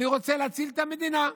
אני רוצה להציל את המדינה,